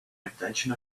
intention